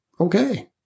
okay